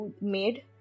made